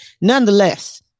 nonetheless